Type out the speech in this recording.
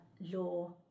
law